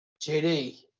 JD